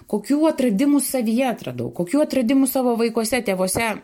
kokių atradimų savyje atradau kokių atradimų savo vaikuose tėvuose